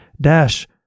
dash